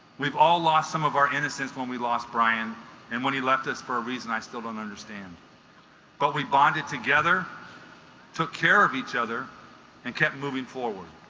we've all lost some of our innocence when we lost brian and when he left us for a reason i still don't understand but we bonded together took care of each other and kept moving forward